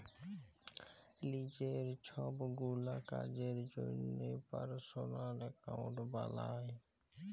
লিজের ছবগুলা কাজের জ্যনহে পার্সলাল একাউল্ট বালায়